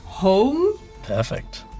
Perfect